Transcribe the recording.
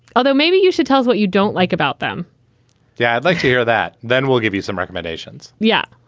although maybe you should tell us what you don't like about them yeah, i'd like to hear that. then we'll give you some recommendations. yeah.